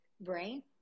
brain